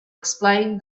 explained